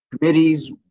committees